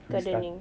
gardening